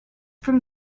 from